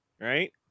Right